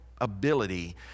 Ability